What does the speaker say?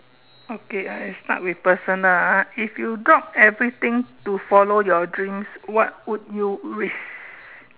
okay I start with personal ah if you drop everything to follow your dreams what would you risk